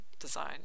design